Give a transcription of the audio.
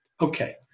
Okay